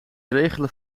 regelen